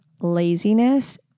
laziness